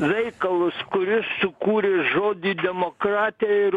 veikalus kuris sukūrė žodį demokratija ir